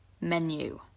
menu